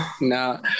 No